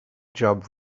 job